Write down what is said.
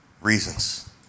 reasons